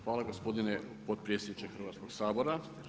Hvala gospodine potpredsjedniče Hrvatskog sabora.